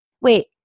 Wait